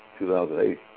2008